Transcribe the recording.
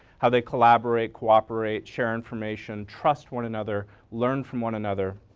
how they collaborate, cooperate, share information, trust one another, learn from one another.